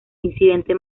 incidente